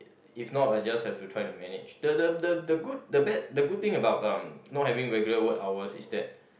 if not I just have to try to manage the the the good the bad the good thing about uh not having regular work hour is that